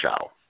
show